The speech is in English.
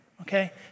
okay